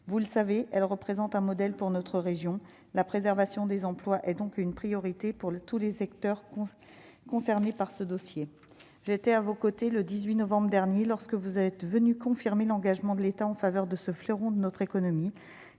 vous le savez, elle représente un modèle pour notre région, la préservation des emplois et donc une priorité pour le tous les secteurs concernés par ce dossier, j'étais à vos côtés le 18 novembre dernier lorsque vous êtes venu confirmer l'engagement de l'État en faveur de ce fleuron de notre économie,